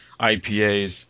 IPAs